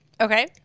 Okay